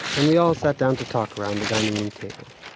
and we all sat down to talk, around the dining room table.